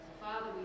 Father